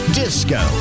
disco